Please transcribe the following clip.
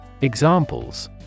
Examples